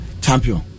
champion